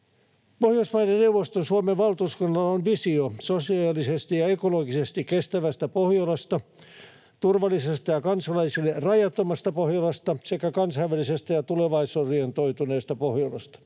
Pohjoismaiden neuvoston Suomen valtuuskunnalla on visio sosiaalisesti ja ekologisesti kestävästä Pohjolasta, turvallisesta ja kansalaisille rajattomasta Pohjolasta sekä kansainvälisestä ja tulevaisuusorientoituneesta Pohjolasta.